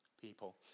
people